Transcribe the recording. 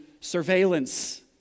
surveillance